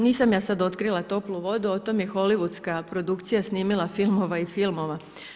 Nisam ja sada otkrila toplu vodu, o tome je holivudska produkcija snimila filmova i filmova.